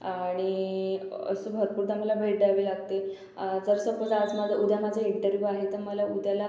आणि असं भरपूरदा मला भेट द्यावी लागते जर सपोज आज माझा उद्या माझा इंटरव्यू आहे तर मला उद्याला